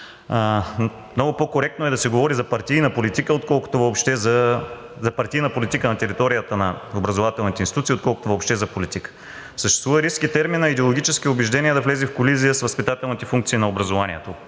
Много по-коректно е да се говори за партийна политика на територията на образователните институции, отколкото въобще за политика. Съществува риск и терминът „идеологически убеждения“ да влезе в колизия с възпитателните функции на образованието.